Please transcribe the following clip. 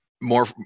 more